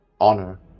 honor